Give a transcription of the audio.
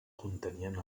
contenien